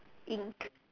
ink